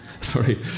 Sorry